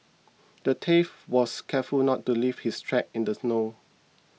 the thief was careful not to leave his tracks in the snow